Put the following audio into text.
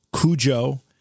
Cujo